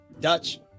Dutch